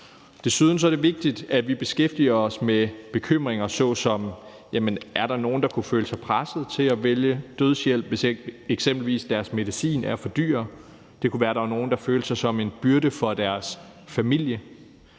Desuden er det vigtigt, at vi beskæftiger os med bekymringer, såsom om der er nogen, der kunne føle sig presset til at vælge dødshjælp, hvis eksempelvis deres medicin er for dyr. Det kunne være, at der var nogle, der følte sig som en byrde for deres familie.